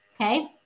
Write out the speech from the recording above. okay